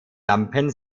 lampen